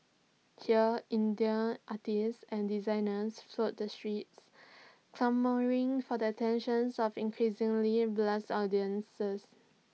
here indie artists and designers flood the streets clamouring for the attention of increasingly blase audiences